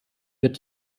wird